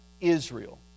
Israel